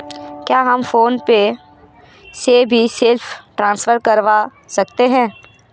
क्या हम फोन पे से भी सेल्फ ट्रांसफर करवा सकते हैं?